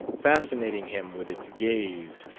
fascinating him with its gaze,